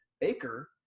Baker